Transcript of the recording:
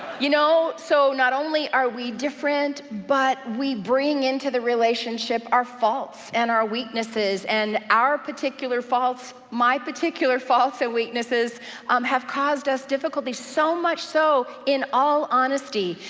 you know, so not only are we different, but we bring into the relationship our faults, and our weaknesses, and our particular faults, my particular faults and weaknesses um have caused us difficulty. so much so, in all honesty,